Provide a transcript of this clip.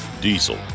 Diesel